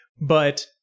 But-